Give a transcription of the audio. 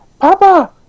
Papa